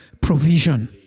provision